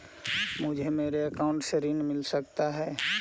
मुझे मेरे अकाउंट से ऋण मिल सकता है?